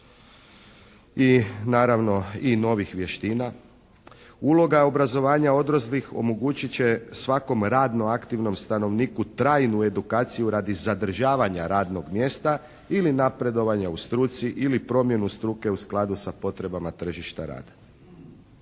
i naravno novih vještina. Uloga obrazovanja odraslih omogućiti će svakom radno aktivnom stanovniku trajnu edukaciju radi zadržavanja radnog mjesta ili napredovanja u struci ili promjenu struke u skladu sa potrebama tržišta rada.